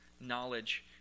knowledge